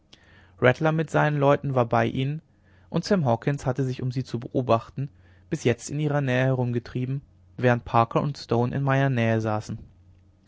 rattler mit seinen leuten war bei ihnen und sam hawkens hatte sich um sie zu beobachten bis jetzt in ihrer nähe herumgetrieben während parker und stone in meiner nähe saßen